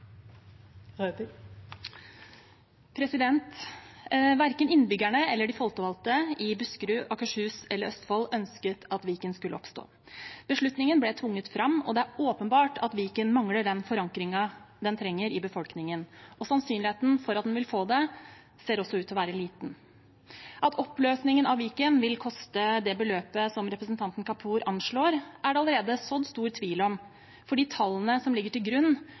seg. Verken innbyggerne eller de folkevalgte i Buskerud, Akershus og Østfold ønsket at Viken skulle oppstå. Beslutningen ble tvunget fram, og det er åpenbart at Viken mangler den forankringen den trenger i befolkningen – og sannsynligheten for at den vil få det, ser også ut til å være liten. At oppløsningen av Viken vil koste det beløpet som representanten Kapur anslår, er det allerede sådd stor tvil om, for de tallene som ligger til grunn,